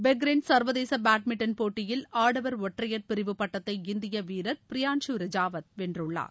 பெக்ரின் சர்வதேச பேட்மிண்டன் போட்டியில் ஆடவர் ஒற்றையர் பிரிவு பட்டத்தை இந்திய வீரர் பிரைன்சூர் ரஜாவத் வென்றுள்ளார்